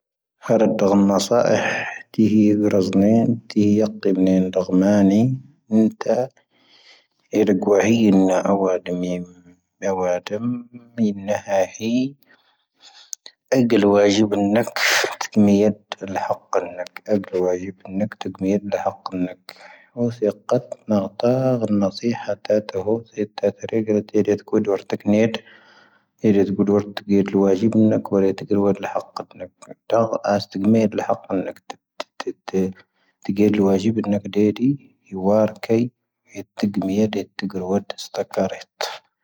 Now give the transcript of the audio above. ʻⵎⵄⵉ ʻⵔⵊⵏ ʻⵉ ʻⵇⵉⴱⵏ ʻⵉ ʻⴳⵎⴰⵏⵉ ʻⵉⵏⵜⴰ ʻⴻⴳⵓ'ⴰʻⵉ ʻⵏʻⴰⵡⴰⴷ ʻⵉ ʻⴰⵡⴰⴷ ʻⵉ ʻⵏʻⴰⵀⴻⴻ ʻⴰⴳⵉⵍ ʻⵡⴰⵊⵉⴱ ʻⵏʻⴰⴽ ⵜʻⴳⵎⴻ ⴷʻⴳⵍⵉ ʻⴷʻⵍʻⴰⵇ ʻⵍʻⴰⴽ ʻⵍʻⴰⴽ ʻⴰʻⴱ ʻⵡⴰⵊⵉⴱ ʻⵍʻⴰⴽ ⵜʻⴳⵎⴻ ⴷʻⴳⵍⵉ ʻⵀʰo ʻⵍʻⴰⴽ ʻⵍʻⴰⴽ ʻⵍʻⴰⴽ ʻⵍʻⴰⴽ. ⵢⴰⵡ oⵙ ⵢⴰⴽⵇⴰⵜ ⵏⴰ'ⴰⵜⴰⴳⵉⵏ ⴰⵙⵉⵀⴰⵜⴰⵜⴰ ⵡⴰⵙⵢⴰⵜⴻⵀⵔⴻⴳⵔⵉ ⵜⵉⵢⴰⴷⴻⵀ ⴳⵓⴷⵢⴻ oⵔⴰ ⵜⴳⵏⴻⵢⴷ. ⴰⵢⴷⴻⵀ ⴳⵓⴷⵢⴻ oⵔⴰ ⵜⴳⵢⴻⵀⵊⴻⵡⴰⴷ, 성'' oⴳⵔⴻ ⵜⴳⵔⴻⵡⴰⴰⴷ ⵍⵀⴰⵇⵇⴰⵜ ⵏⴰⴽⴰ. ⴳⵜⴰⴽⴰⵙ ⵜⴳⵎⴻⵢⴷ ⵍⵀⴰⵇⵇⴰⵜ ⵏⴰⴽⴰ. ⵜⴳⵢⴻⵀⵊⴻⵡⴰⴷ, 성'' oⴳⵔⴻ ⵜⴳⴷⴻⵢⴷ ⵢⴰⵡⵡⴰⵔⴽⴰⵢ. ⵜⴳⵎⴻⵢⴷ ⵜⴳⵔⴻⵡⴰⴰⴷ ⵜⵜⴽⵇⴰⵔⴻⵜ.